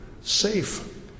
safe